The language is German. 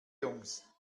jungs